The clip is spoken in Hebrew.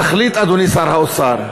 תחליט, אדוני שר האוצר: